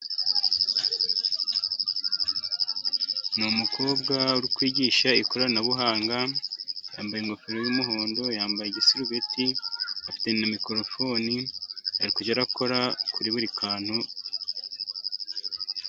Ni umukobwa uri kwigisha ikoranabuhanga, yambaye ingofero y'umuhondo, yambaye igisurubeti, afite na mikorofoni. Ari kujya arakora kuri buri kantu.